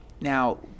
Now